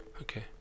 okay